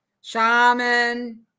shaman